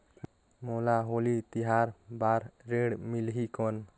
मोला होली तिहार बार ऋण मिलही कौन?